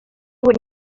would